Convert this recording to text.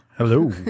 Hello